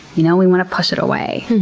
you know? we want to push it away.